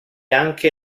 anche